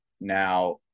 Now